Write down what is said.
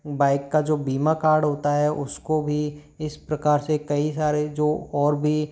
bike का जो बीमा कार्ड होता है उसको भी इस प्रकार से कई सारे जो और भी